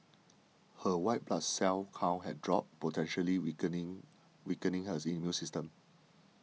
her white blood cell count had dropped potentially weakening weakening her immune system